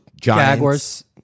Giants